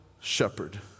shepherd